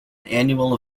annual